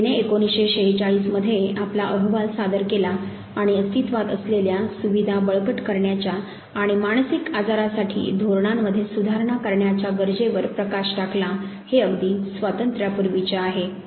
समितीने 1946 मध्ये आपला अहवाल सादर केला आणि अस्तित्त्वात असलेल्या सुविधा बळकट करण्याच्या आणि मानसिक आजारासाठी धोरणांमध्ये सुधारणा करण्याच्या गरजेवर प्रकाश टाकला हे अगदी स्वातंत्र्या पूर्वीचे आहे